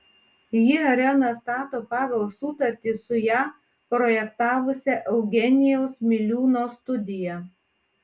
ji areną stato pagal sutartį su ją projektavusia eugenijaus miliūno studija